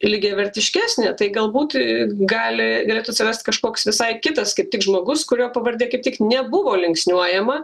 lygiavertiškesnė tai galbūt gali galėtų atsirast kažkoks visai kitas kaip tik žmogus kurio pavardė kaip tik nebuvo linksniuojama